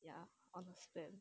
ya on instagram